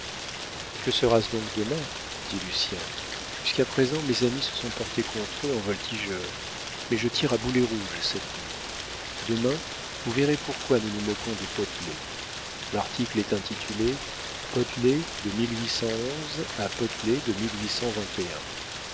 que sera-ce donc demain dit lucien jusqu'à présent mes amis se sont portés contre eux en voltigeurs mais je tire à boulet rouge cette nuit demain vous verrez pourquoi nous nous moquons de potelet l'article est intitulé potelet de a potelé de